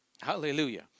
Hallelujah